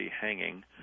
hanging